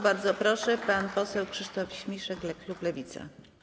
Bardzo proszę, pan poseł Krzysztof Śmiszek, klub Lewica.